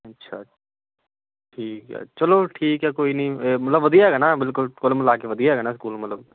ਅੱਛਾ ਠੀਕ ਹੈ ਚਲੋ ਠੀਕ ਹੈ ਕੋਈ ਨਹੀਂ ਮਤਲਬ ਵਧੀਆ ਹੈਗਾ ਨਾ ਬਿਲਕੁਲ ਕੁੱਲ ਮਿਲਾ ਕੇ ਵਧੀਆ ਹੈਗਾ ਨਾ ਸਕੂਲ ਮਤਲਬ